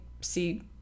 see